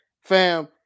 fam